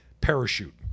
parachute